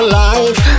life